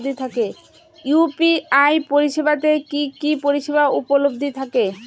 UPI পরিষেবা তে কি কি পরিষেবা উপলব্ধি থাকে?